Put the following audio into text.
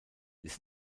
ist